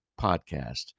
podcast